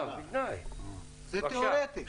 זה תיאורטי.